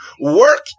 work